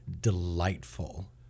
delightful